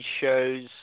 shows